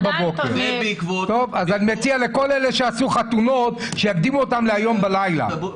אני מציע לכל אלה שעשו חתונות שיקדימו אותן ללילה הזה.